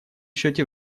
счете